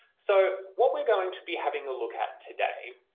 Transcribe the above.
so what we're going to be having a look at today,